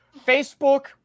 Facebook